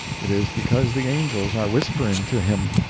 it is because the angels are whispering to him.